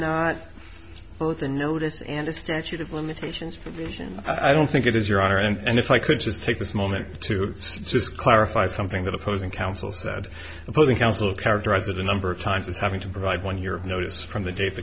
not both a notice and a statute of limitations for vision i don't think it is your honor and if i could just take this moment to it's just clarify something that opposing counsel said opposing counsel characterize it a number of times as having to provide one your notice from the